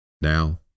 Now